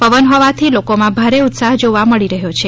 પવન હોવાથી લોકોમાં ભારે ઉત્સાહ જોવા મળી રહ્યો છે